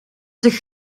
zich